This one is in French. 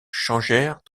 changèrent